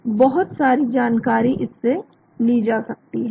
तो बहुत सारी जानकारी इससे ली जा सकती है